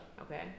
Okay